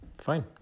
fine